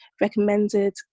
recommended